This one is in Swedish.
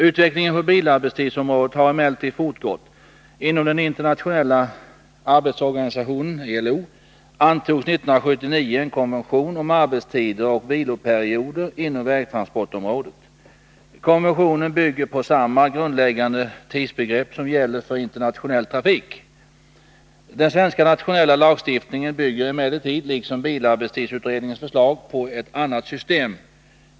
Utvecklingen på bilarbetstidsområdet har emellertid fortgått. Inom den internationella arbetsorganisationen antogs 1979 en konvention om arbetstider och viloperioder inom vägtransportområdet. Konventionen bygger på samma grundläggande tidsbegrepp som gäller för internationell trafik. Den svenska nationella lagstiftningen bygger emellertid — liksom bilarbetsutredningens förslag — på ett annat system.